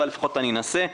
אבל לפחות אני אנסה.